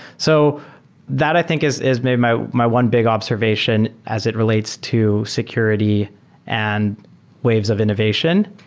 so that i think is is maybe my my one big observation as it relates to security and waves of innovation.